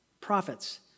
prophets